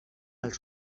als